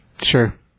Sure